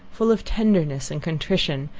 full of tenderness and contrition,